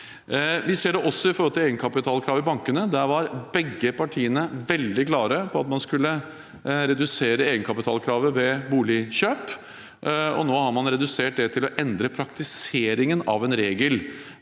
Vi ser det også i forhold til egenkapitalkravet til bankene. Begge partiene var veldig klare på at man skulle redusere egenkapitalkravet ved boligkjøp. Nå har man redusert det til å endre praktiseringen av en regel